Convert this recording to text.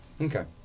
Okay